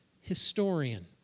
historian